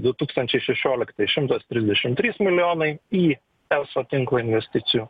du tūkstančiai šešioliktais šimtas trisdešim trys milijonai į eso tinklo investicijų